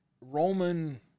Roman